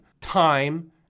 Time